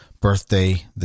birthday